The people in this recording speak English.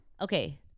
okay